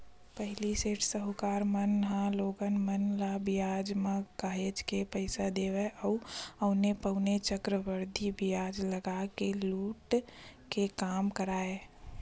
पहिली सेठ, साहूकार मन ह लोगन मन ल बियाज म काहेच के पइसा देवय अउ औने पौने चक्रबृद्धि बियाज लगा के लुटे के काम करय